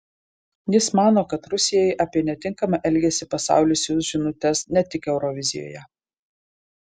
jis mano kad rusijai apie netinkamą elgesį pasaulis siųs žinutes ne tik eurovizijoje